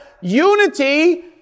unity